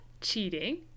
cheating